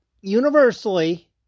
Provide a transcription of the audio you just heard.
universally